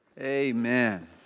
Amen